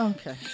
Okay